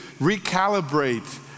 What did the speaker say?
recalibrate